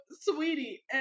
sweetie